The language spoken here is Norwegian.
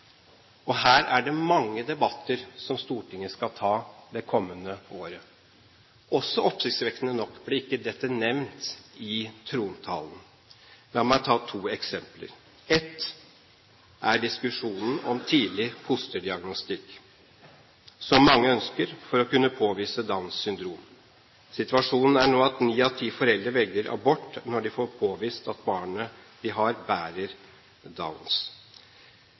juli. Her er det mange debatter som Stortinget skal ta det kommende året. Også oppsiktsvekkende nok ble ikke dette nevnt i trontalen. La meg ta to eksempler. Ett er diskusjonen om tidlig fosterdiagnostikk, som mange ønsker for å kunne påvise Downs syndrom. Situasjonen er nå at ni av ti foreldre velger abort når de får påvist at barnet de bærer, har